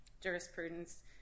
jurisprudence